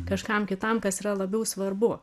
kažkam kitam kas yra labiau svarbu